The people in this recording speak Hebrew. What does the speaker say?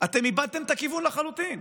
אתם איבדתם את הכיוון לחלוטין.